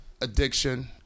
addiction